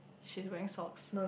she's wearing socks